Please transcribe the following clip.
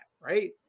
right